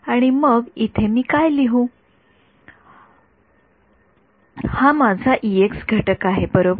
विद्यार्थीः हा माझा घटक आहे बरोबर